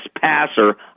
passer